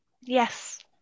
yes